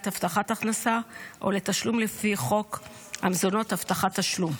הבטחת הכנסה או לתשלום לפי חוק המזונות (הבטחת תשלום).